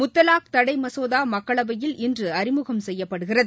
முத்தலாக் தடைமசோதாமக்களவையில் இன்றுஅறிமுகம் செய்யப்படுகிறது